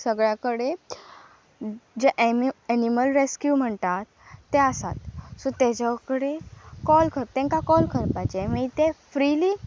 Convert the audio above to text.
सगळ्या कडेन जे एम एनिमल रेस्क्यू म्हणटात ते आसात सो तेज कडेन कॉल तेंकां कॉल करपाचे मागीर ते फ्रिली